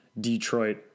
Detroit